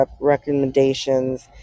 recommendations